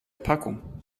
packung